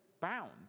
bound